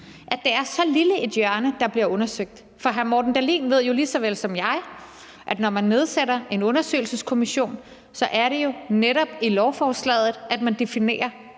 at det er så lille et hjørne, der bliver undersøgt. For hr. Morten Dahlin ved jo lige så vel som jeg, at når man nedsætter en undersøgelseskommission, er det jo netop i lovforslaget, at man definerer